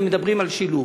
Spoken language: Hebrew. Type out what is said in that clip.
ומדברים על שילוב.